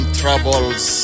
troubles